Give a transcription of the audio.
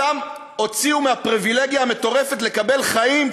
אותם הוציאו מהפריבילגיה המטורפת לקבל חיים,